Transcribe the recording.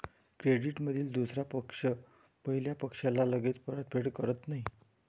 क्रेडिटमधील दुसरा पक्ष पहिल्या पक्षाला लगेच परतफेड करत नाही